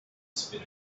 spit